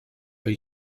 are